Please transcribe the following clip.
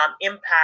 impact